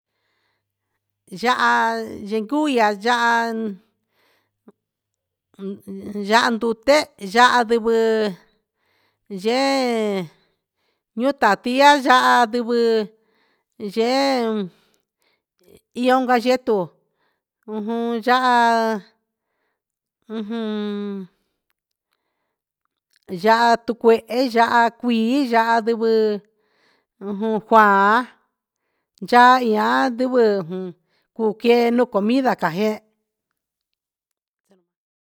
Yaha yenduia yaha ndute yaha ndivɨ yee etati yaha ndivɨ yee io nda getu yaha ujun yaha tu cuehe yaha cuii yaha ndivɨ yaha cuaan yaha ia andivɨ jun cuu un quee nuun comida ca jee.